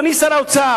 אדוני שר האוצר,